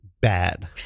bad